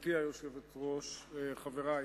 גברתי היושבת-ראש, חברי,